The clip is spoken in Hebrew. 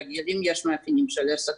אם יש מאפיינים של עסק